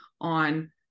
on